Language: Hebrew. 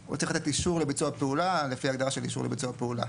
שהוא צריך לתת אישור לביצוע הפעולה לפי הגדרה של אישור לביצוע פעולה.